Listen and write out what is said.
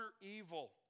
evil